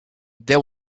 there